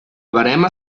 verema